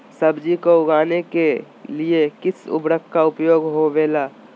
सब्जी को उगाने के लिए किस उर्वरक का उपयोग होबेला?